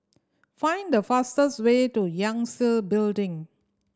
find the fastest way to Yangtze Building